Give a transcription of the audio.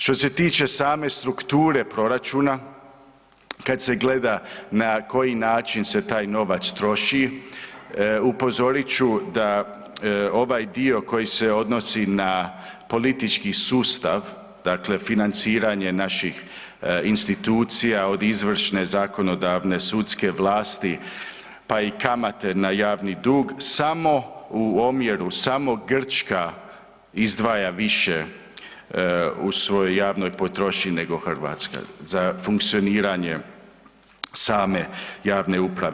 Što se tiče same strukture proračuna, kada se gleda na koji način se taj novac troši upozorit ću da ovaj dio koji se odnosi na politički sustav, dakle financiranje naših institucija od izvršne, zakonodavne, sudske vlasti pa i kamate na javni dug, samo u omjeru samo Grčka izdvaja više u svojoj javnoj potrošnji nego Hrvatska za funkcioniranje same javne uprave.